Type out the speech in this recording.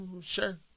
sure